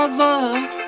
love